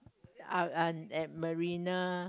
uh uh at marina